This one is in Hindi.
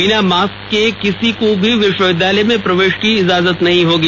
बिना मास्क के किसी को भी विश्वविद्यालय में प्रवेश की इजाजत नहीं होगी